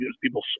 people